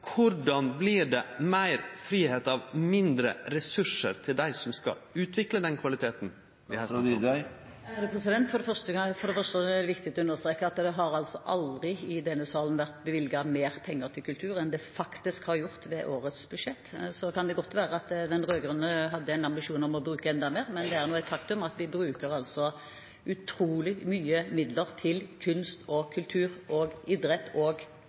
det meir fridom av mindre ressursar til dei som skal utvikle den kvaliteten? For det første er det viktig å understreke at det aldri før har blitt bevilget mer penger til kultur enn i årets budsjett. Det kan godt være at de rød-grønne hadde ambisjoner om å bruke enda mer, men det er et faktum at vi bruker utrolig mye midler til kunst, kultur, idrett, kirke og tros- og